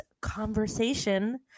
conversation